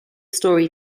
story